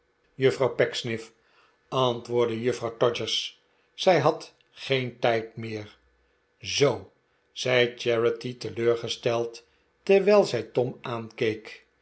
juffrouw pecksniff antwoordde juffrouw todgers zij had geen tijd meer r zoo zei charity teleurgesteld terwijl zij tom